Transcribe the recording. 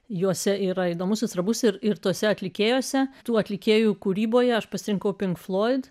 juose yra įdomus svarbus ir ir tuose atlikėjuose tų atlikėjų kūryboje aš pasirinkau pink floyd